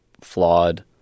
flawed